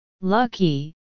Lucky